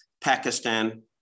Pakistan